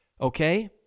Okay